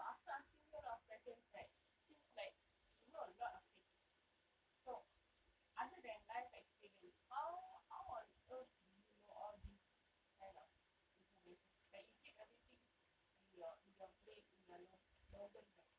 so after asking you a lot of questions right it seems like you know a lot of things so other than life experience how how are on earth did you know all these kind of information like you keep everything in your in your brain in your in your right